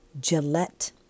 Gillette